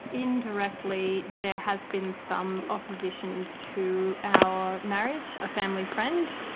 indirectly that has been some opposition to our marriage, a family friend.